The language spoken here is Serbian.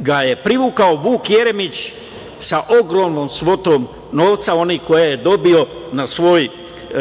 ga je privukao Vuk Jeremić sa ogromnom svotom novca, one koje je dobio za svoj